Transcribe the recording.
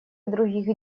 других